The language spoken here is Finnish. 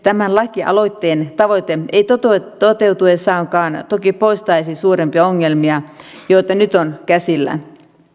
tämän lakialoitteen tavoite ei toteutuessaankaan toki poistaisi suurempia ongelmia joita nyt on käsillä